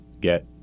get